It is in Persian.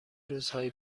روزهایی